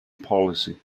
policy